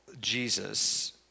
Jesus